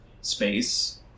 space